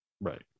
Right